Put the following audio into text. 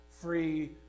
free